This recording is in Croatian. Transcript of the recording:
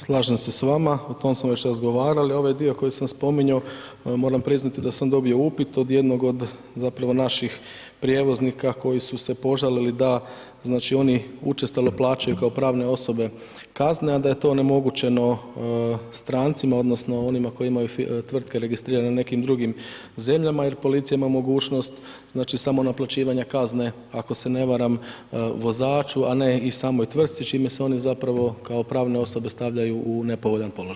Slažem se s vama, o tom smo već razgovarali, ovaj dio koji sam spominjao, moram priznati da sam dobio upit od jednog od, zapravo naših prijevoznika koji su se požalili da, znači, oni učestalo plaćaju kao pravne osobe kazne, a da je to onemogućeno strancima odnosno onima koji tvrtke registrirane u nekim drugim zemljama jer policija ima mogućnost, znači, samo naplaćivanja kazne ako se ne varam, vozaču, a ne i samoj tvrtci, čime se oni zapravo kao pravne osobe stavljaju u nepovoljan položaj.